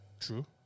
true